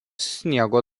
sniego